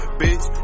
bitch